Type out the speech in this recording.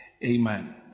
Amen